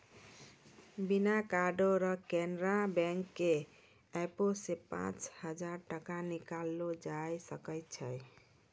बिना कार्डो के केनरा बैंक के एपो से पांच हजार टका निकाललो जाय सकै छै